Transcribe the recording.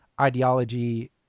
ideology